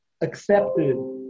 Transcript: accepted